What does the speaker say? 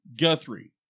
Guthrie